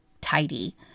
tidy